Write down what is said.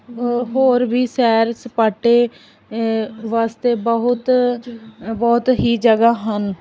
ਹੋਰ ਵੀ ਸੈਰ ਸਪਾਟੇ ਵਾਸਤੇ ਬਹੁਤ ਬਹੁਤ ਹੀ ਜਗ੍ਹਾ ਹਨ